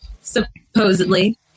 supposedly